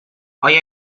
آیا